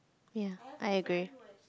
ya I agree